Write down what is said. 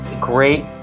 Great